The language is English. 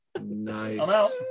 Nice